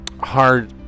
hard